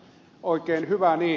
oikein hyvä niin